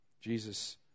Jesus